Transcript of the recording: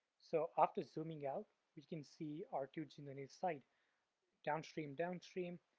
so after zooming out, we can see our two genes on each side downstream, downstream,